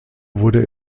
wurde